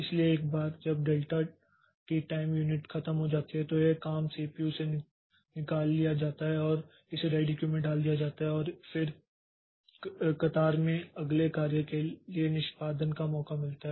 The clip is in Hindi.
इसलिए एक बार जब डेल्टा टी टाइम यूनिट खत्म हो जाती है तो यह काम सीपीयू से निकाल लिया जाता है और इसे रेडी क्यू में डाल दिया जाता है और फिर कतार में अगले कार्य के लिए निष्पादन का मौका मिलता है